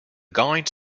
guides